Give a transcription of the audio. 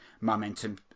Momentum